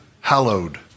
hallowed